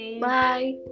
Bye